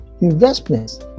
investments